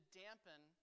dampen